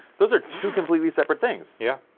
those are two completely separate things, yeah,